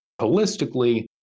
holistically